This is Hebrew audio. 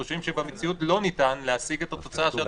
חושבים שבמציאות לא ניתן להשיג את התוצאה שאדוני מציע.